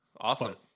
Awesome